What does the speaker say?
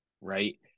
right